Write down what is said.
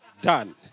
Done